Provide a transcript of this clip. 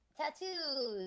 tattoos